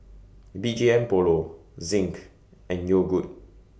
B G M Polo Zinc and Yogood